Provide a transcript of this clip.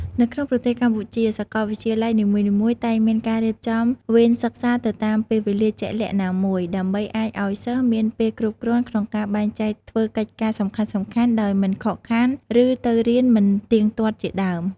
នៅក្នុងប្រទេសកម្ពុជា សកលវិទ្យាល័យនីមួយៗតែងមានការរៀបចំវេនសិក្សាទៅតាមពេលវេលាជាក់លាក់ណាមួយ ដើម្បីអាចឱ្យសិស្សមានពេលគ្រប់គ្រាន់ក្នុងការបែងចែកធ្វើកិច្ចការសំខាន់ៗដោយមិនខកខានឫទៅរៀនមិនទៀងទាត់ជាដើម។